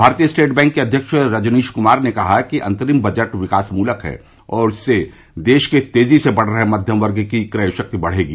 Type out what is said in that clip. भारतीय state bank के अध्यक्ष रजनीश कुमार ने कहा है कि अंतरिम बजट विकास मूलक है और इससे देश के तेजी से बढ़ रहे मध्यम वर्ग की क्रय शक्ति बढ़ेगी